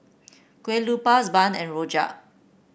Kue Lupis bun and rojak